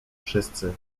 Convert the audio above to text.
wszyscy